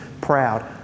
Proud